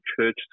church